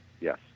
yes